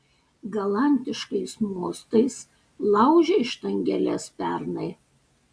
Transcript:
galantiškais mostais laužei štangeles pernai